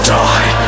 die